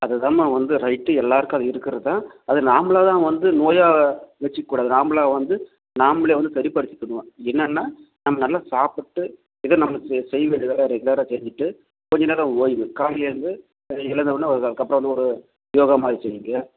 அது தான்மா வந்து ரைட்டு எல்லோருக்கும் அது இருக்கிறது தான் அது நாம்மளாக தான் வந்து நோயாக வைச்சிக்கக்கூடாது நாம்மளா வந்து நாம்மளே வந்து சரிப்படுத்திக்கணும் என்னென்னா நம்ம நல்லா சாப்பிட்டு எது நம்மளுக்கு செய்வேண்டிய வேலை அதை ரெகுலராக செஞ்சுட்டு கொஞ்சம் நேரம் ஓய்வு காலை எழுந்து எழுந்தவொடனே ஒரு அதுக்கப்புறம் ஒரு யோகா மாதிரி செய்யுங்க